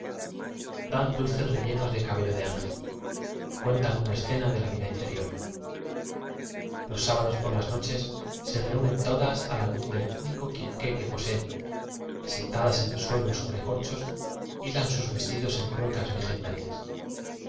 dan dulces rellenos de cabello de ángel y cuentan una escena de la vida interior los sábados por las noches se reúnen to das a la luz del único quinqué que poseen y sentadas en el suelo sobre corchos hilan sus vestidos en ruecas